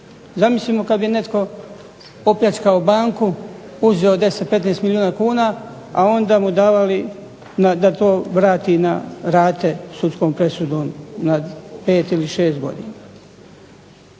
Zamislimo kada bi netko opljačkao banku, uzeo 10, 15 milijuna kuna, a onda mu davali da to vrati na rate sudskom presudom na 5 ili 6 godina.